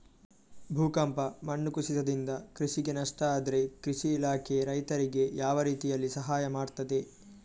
ಭೂಕಂಪ, ಮಣ್ಣು ಕುಸಿತದಿಂದ ಕೃಷಿಗೆ ನಷ್ಟ ಆದ್ರೆ ಕೃಷಿ ಇಲಾಖೆ ರೈತರಿಗೆ ಯಾವ ರೀತಿಯಲ್ಲಿ ಸಹಾಯ ಮಾಡ್ತದೆ?